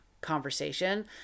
conversation